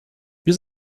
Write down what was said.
wir